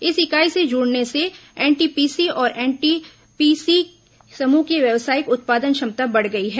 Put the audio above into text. इस इकाई के जुड़ने से एनटीपीसी और एनटीपीसी समूह की व्यवसायिक उत्पादन क्षमता बढ़ गई है